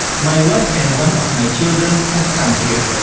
my wife and one of my children have come here.